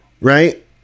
right